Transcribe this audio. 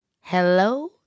Hello